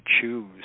choose